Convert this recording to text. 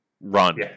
run